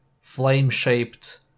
flame-shaped